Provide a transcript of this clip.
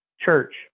church